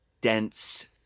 Dense